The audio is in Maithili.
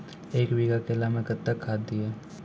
एक बीघा केला मैं कत्तेक खाद दिये?